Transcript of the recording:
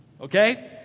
Okay